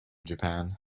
japan